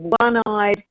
one-eyed